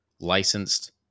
licensed